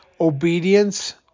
Obedience